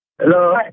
Hello